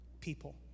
People